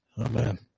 Amen